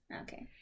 okay